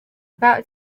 about